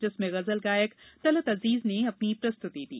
जिसमें गजल गायक तलत अजीज ने अपनी प्रस्तुति दी